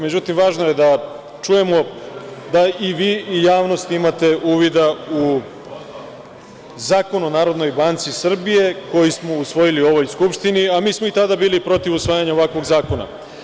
Međutim, važno je da čujemo, da i vi i javnost imate uvida u Zakon o Narodnoj banci Srbije, koji smo usvojili u ovoj Skupštini, a mi smo i tada bili protiv usvajanja ovakvog zakona.